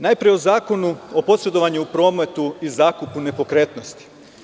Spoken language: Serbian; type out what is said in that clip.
Najpre o Zakonu o posredovanju u prometu i zakupu nepokretnosti.